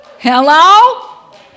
Hello